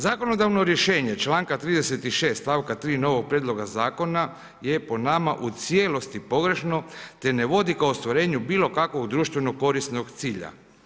Zakonodavno rješenje članka 36. stavka 3. novog prijedloga zakona je po nama u cijelosti pogrešno, te ne vodi ka ostvarenju bilo kakvog društveno korisnog cilja.